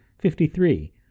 Fifty-three